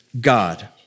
God